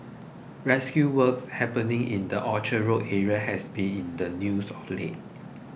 rescue work happening in the Orchard Road area has been in the news of late